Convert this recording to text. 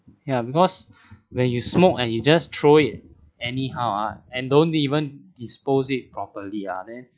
ya because when you smoke and you just throw it anyhow ah and don't even dispose it properly ah then